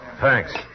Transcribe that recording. Thanks